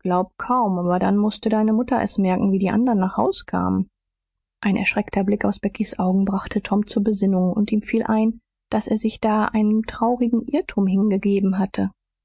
glaub kaum aber dann mußte deine mutter es merken wie die andern nach haus kamen ein erschreckter blick aus beckys augen brachte tom zur besinnung und ihm fiel ein daß er sich da einem traurigen irrtum hingegeben hatte